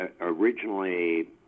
originally